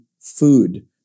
food